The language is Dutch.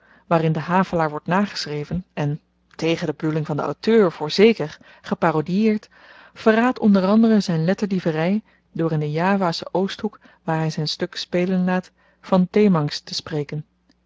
waarin de havelaar wordt nageschreven en tegen de bedoeling van den auteur voorzeker geparodieerd verraadt o a z'n letterdievery door in den javaschen oosthoek waar hy z'n stuk spelen laat van dhemangs te spreken